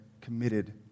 committed